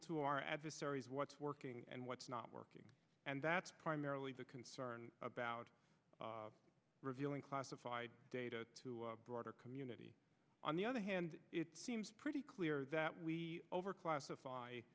to our adversaries what's working and what's not working and that's primarily the concern about revealing classified data to broader community on the other hand it seems pretty clear that we overclassify